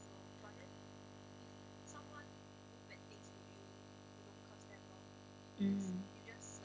mm